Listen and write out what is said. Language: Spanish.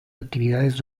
actividades